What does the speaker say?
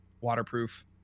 waterproof